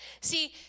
See